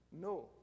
No